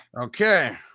Okay